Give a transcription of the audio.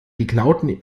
geklauten